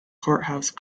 courthouse